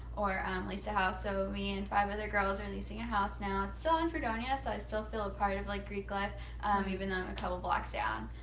or lease a house. so me and five other girls are leasing a house now. it's still on fredonia, so i still feel a part of like greek life um even though i'm a couple blocks down.